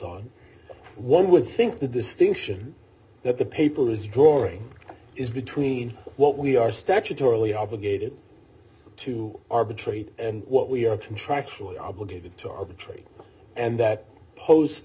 on one would think the distinction that the people is drawing is between what we are statutorily obligated to arbitrate and what we are contractually obligated to arbitrate and that